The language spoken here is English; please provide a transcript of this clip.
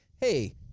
hey